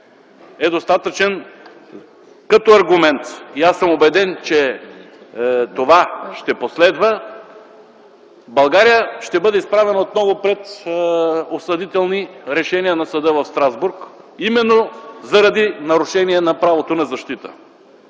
е достатъчен като аргумент и аз съм убеден, че това ще има последици. България ще бъде изправена отново пред осъдителни решения на Съда в Страсбург именно заради нарушение на правото на защита.